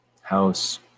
house